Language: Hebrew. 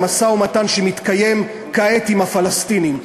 המשא-ומתן שמתקיים כעת עם הפלסטינים,